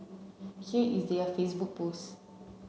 here is their Facebook post